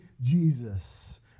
Jesus